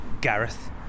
Gareth